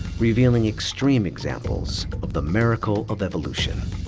revealing extreme examples of the miracle of evolution.